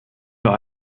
nur